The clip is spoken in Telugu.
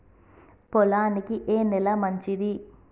పొలానికి ఏ నేల మంచిది?